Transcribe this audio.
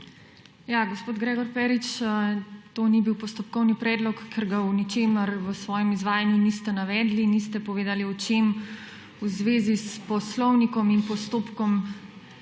Ja, gospod Gregor Perič, to ni bil postopkovni predlog, ker ga v ničemer v svojem izvajanju niste navedli, niste povedali, o čem v zvezi s Poslovnikom in postopkom podajate